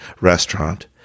restaurant